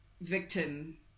victim